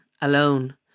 alone